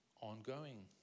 ongoing